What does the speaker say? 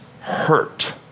hurt